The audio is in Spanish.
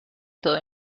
todo